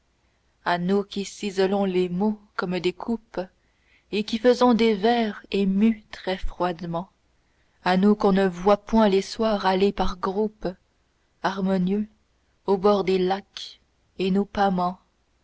a nous qui ciselons les mots comme des coupes et qui faisons des vers émus très froidement a nous qu'on ne voit point les soirs aller par groupes harmonieux au bord des lacs et nous pàmant